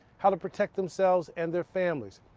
how to protect themselves and their families,